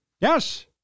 Yes